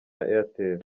airtel